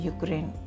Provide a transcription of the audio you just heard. Ukraine